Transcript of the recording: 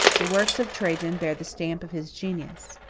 the works of trajan bear the stamp of his genius.